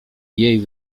jej